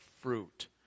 fruit